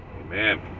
Amen